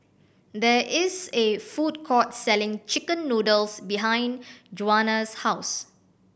there is a food court selling chicken noodles behind Juana's house